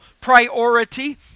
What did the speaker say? priority